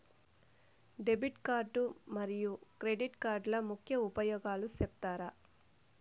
Debit card మరియు credit కార్డుల ముఖ్య ఉపయోగాలు సెప్తారా?